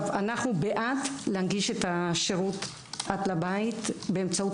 אנחנו בעד להנגיש את השירות עד הבית באמצעות